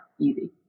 Easy